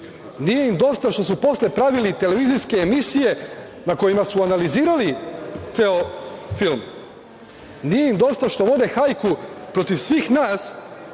Nije im dosta što su posle pravili televizijske emisije na kojima su analizirali ceo film. Nije im dosta što vode hajku protiv svih nas